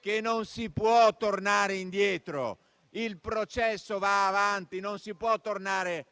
che non si può tornare indietro. Il processo va avanti. Non si può tornare